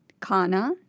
kana